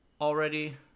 already